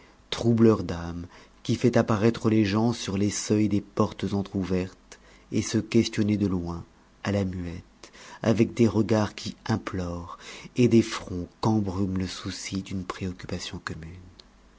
troubleur d'âmes qui fait apparaître les gens sur les seuils des portes entrouvertes et se questionner de loin à la muette avec des regards qui implorent et des fronts qu'embrume le souci d'une préoccupation commune